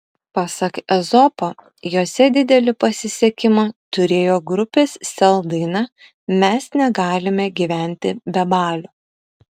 pasak ezopo jose didelį pasisekimą turėjo grupės sel daina mes negalime gyventi be balių